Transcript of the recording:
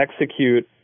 execute